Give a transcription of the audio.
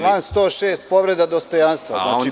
Član 106. povreda dostojanstva.